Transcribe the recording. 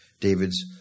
David's